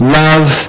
love